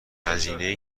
هزینه